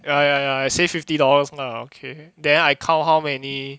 ya ya ya I save fifty dollars lah okay then I count how many